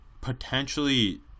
potentially